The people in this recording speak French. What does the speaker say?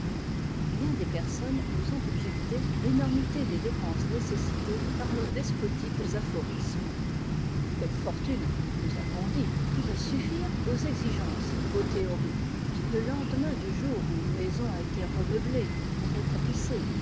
bien des personnes nous ont objecté l'énor mité des dépenses nécessitées par nos despotiques aphorismes quelle fortune nous a-t-on dit pourrait suffire aux exigences de vos théories le lendemain du jour où une maison a été remeublée retapissée